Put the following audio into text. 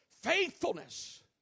Faithfulness